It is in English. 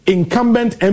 Incumbent